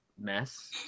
mess